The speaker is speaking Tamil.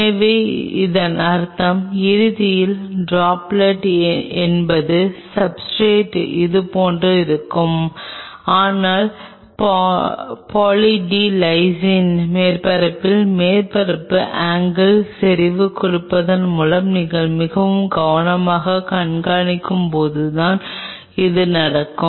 எனவே இதன் அர்த்தம் இறுதியில் ட்ராப்லெட் என்பது சப்ஸ்ர்டேட் இதுபோன்றதாக இருக்கும் ஆனால் பாலி டி லைசின் மேற்பரப்பில் மேற்பரப்பு ஆங்கில் செறிவு கொடுப்பதன் மூலம் நீங்கள் மிகவும் கவனமாக கண்காணிக்கும்போதுதான் அது நடக்கும்